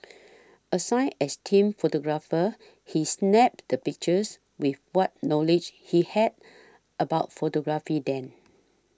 assigned as team photographer he snapped the pictures with what knowledge he had about photography then